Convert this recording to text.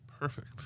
Perfect